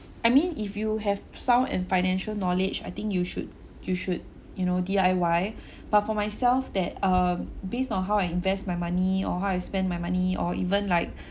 I mean if you have sound in financial knowledge I think you should you should you know D_I_Y but for myself that um based on how I invest my money or how I spend my money or even like